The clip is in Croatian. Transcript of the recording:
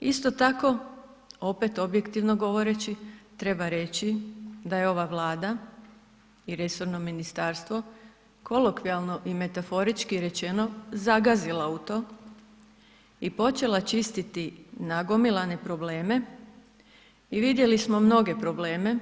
Isto tako, opet objektivno govoreći, treba reći da je ova Vlada i resorno ministarstvo, kolokvijalno i metaforički rečeno, zagazila u to i počela čistiti nagomilane probleme i vidjeli smo mnoge probleme,